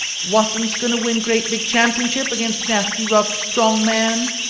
wassums going to win great big championship against nasty rough strong man?